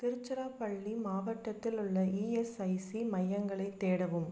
திருச்சிராப்பள்ளி மாவட்டத்தில் உள்ள இஎஸ்ஐசி மையங்களைத் தேடவும்